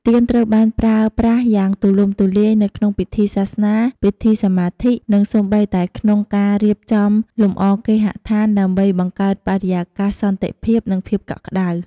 ទៀនត្រូវបានប្រើប្រាស់យ៉ាងទូលំទូលាយនៅក្នុងពិធីសាសនា ពិធីសមាធិ និងសូម្បីតែក្នុងការរៀបចំលម្អគេហដ្ឋាន ដើម្បីបង្កើតបរិយាកាសសន្តិភាព និងភាពកក់ក្ដៅ។